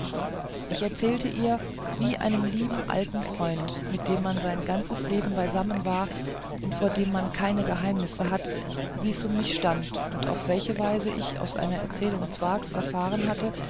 ich erzählte ihr wie einem lieben alten freund mit dem man sein ganzes leben beisammen war und vor dem man kein geheimnis hat wie's um mich stand und auf welche weise ich aus einer erzählung zwakhs erfahren hatte